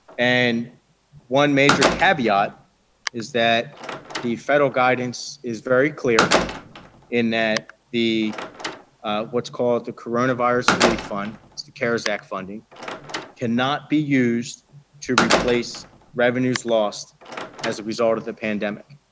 and one major caveat is that the federal guidance is very clear in that the what's called the coronavirus relief fund, that's the cares act funding cannot be used to replace revenues lost as a result of the pandemic.